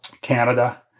Canada